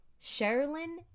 Sherilyn